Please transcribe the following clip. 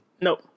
Nope